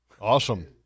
Awesome